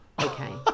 okay